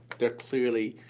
they're clearly,